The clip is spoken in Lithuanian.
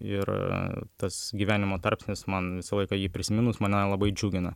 ir tas gyvenimo tarpsnis man visą laiką jį prisiminus mane labai džiugina